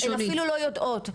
הן אפילו לא יודעת,